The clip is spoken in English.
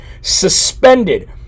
suspended